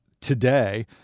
today